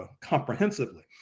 comprehensively